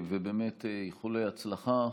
ובאמת איחולי הצלחה.